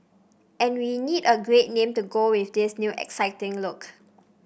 and we need a great name to go with this new exciting look